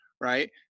Right